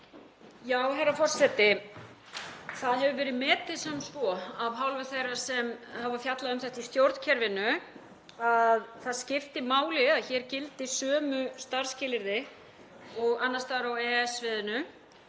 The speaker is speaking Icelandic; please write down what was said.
Herra forseti. Það hefur verið metið sem svo af hálfu þeirra sem hafa fjallað um þetta í stjórnkerfinu að það skipti máli að hér gildi sömu starfsskilyrði og annars staðar á EES-svæðinu